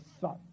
Son